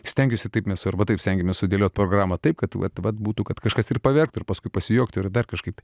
stengiuosi taip mes su arbata taip stengiamės sudėliot programą taip kad vat vat būtų kad kažkas ir paverktų ir paskui pasijuokti ir dar kažkaip